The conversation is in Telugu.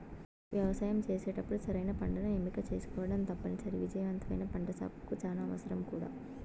వ్యవసాయం చేసేటప్పుడు సరైన పంటను ఎంపిక చేసుకోవటం తప్పనిసరి, విజయవంతమైన పంటసాగుకు చానా అవసరం కూడా